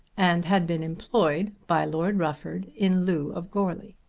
and had been employed by lord rufford in lieu of goarly.